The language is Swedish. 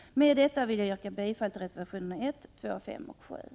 Med detta vill jag yrka bifall till reservationerna 1, 2, 5 och 8.